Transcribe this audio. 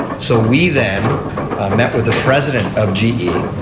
so we then met with the president of ge.